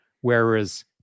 Whereas